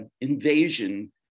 invasion